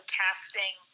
casting